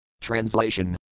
Translation